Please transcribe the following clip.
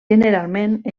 generalment